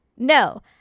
No